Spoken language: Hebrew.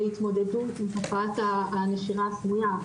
להתמודדות עם תופעת הנשירה הסמויה,